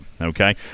okay